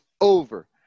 over